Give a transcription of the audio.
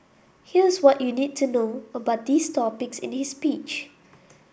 here's what you need to know about these topics in his speech